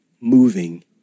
moving